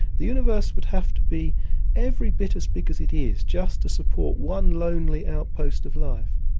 the universe would have to be every bit as big as it is just to support one lonely outpost of life.